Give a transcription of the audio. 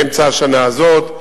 באמצע השנה הזאת.